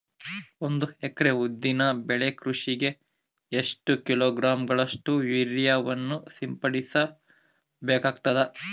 ಒಂದು ಎಕರೆ ಉದ್ದಿನ ಬೆಳೆ ಕೃಷಿಗೆ ಎಷ್ಟು ಕಿಲೋಗ್ರಾಂ ಗಳಷ್ಟು ಯೂರಿಯಾವನ್ನು ಸಿಂಪಡಸ ಬೇಕಾಗತದಾ?